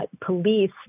police